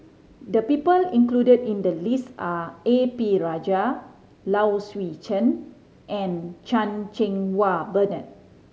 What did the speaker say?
the people included in the list are A P Rajah Low Swee Chen and Chan Cheng Wah Bernard